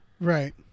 Right